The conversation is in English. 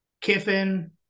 Kiffin